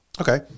Okay